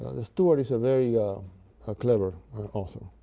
the steward is a very ah clever author.